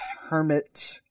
hermit